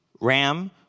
Ram